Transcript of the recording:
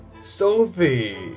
Sophie